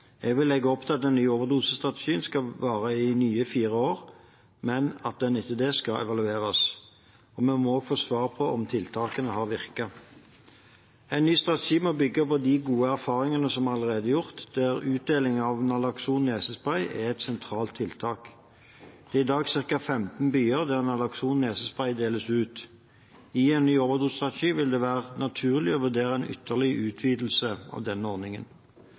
Jeg vil legge opp til at den nye overdosestrategien skal vare i nye fire år, men at den etter det skal evalueres. Vi må få svar på om tiltakene har virket. En ny strategi må bygge på de gode erfaringene som allerede er gjort, der utdelingen av Nalakson nesespray er et sentralt tiltak. Det er i dag ca. 15 byer der Nalakson nesespray deles ut. I en ny overdosestrategi vil det være naturlig å vurdere en ytterligere utvidelse av denne ordningen.